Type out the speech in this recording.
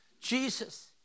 Jesus